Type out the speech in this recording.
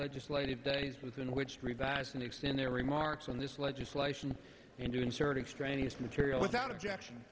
legislative days within which to revise and extend their remarks on this legislation in doing certain strenuous material without objection